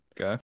Okay